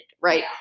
right